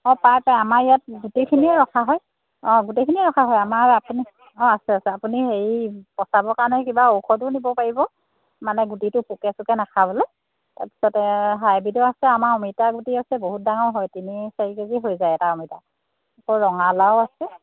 অঁ পায় পায় আমাৰ ইয়াত গোটেইখিনিয়ে ৰখা হয় অঁ গোটেইখিনিয়ে ৰখা হয় আমাৰ আপুনি অঁ আছে আছে আপুনি হেৰি পচাবৰ কাৰণে কিবা ঔষধো নিব পাৰিব মানে গুটিটো পোকে চোকে নাখাবলৈ তাৰপিছতে হাইব্ৰ্ৰিডৰ আছে আমাৰ অমিতা গুটি আছে বহুত ডাঙৰ হয় তিনি চাৰি কেজি হৈ যায় এটা অমিতা আকৌ ৰঙালাও আছে